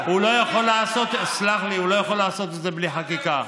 הוא לא יכול לעשות את זה בלי חקיקה.